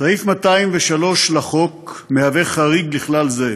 סעיף 203 לחוק הוא חריג לכלל זה.